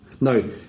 No